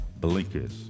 blinkers